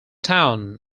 town